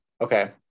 Okay